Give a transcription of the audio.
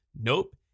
Nope